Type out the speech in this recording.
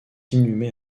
inhumée